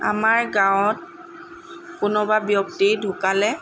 আমাৰ গাৱঁত কোনোবা ব্যক্তি ঢুকালে